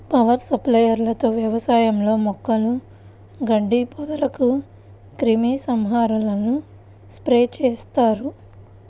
power sprayer తో వ్యవసాయంలో మొక్కలు, గడ్డి, పొదలకు క్రిమి సంహారకాలను స్ప్రే చేస్తారు